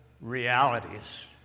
realities